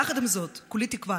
יחד עם זאת, כולי תקווה